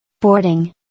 Boarding